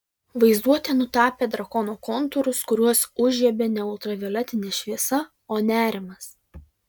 vaizduotė nutapė drakono kontūrus kuriuos užžiebė ne ultravioletinė šviesa o nerimas